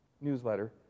newsletter